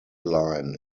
line